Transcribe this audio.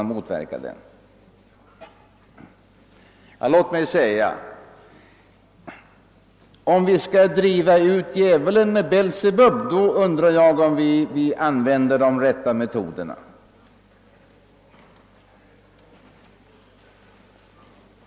Jag undrar om det är rätt metod att på detta sätt försöka driva ut djävulen med Belsebub.